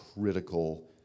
critical